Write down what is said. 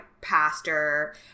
pastor